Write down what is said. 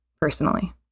personally